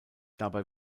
dabei